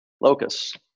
Locus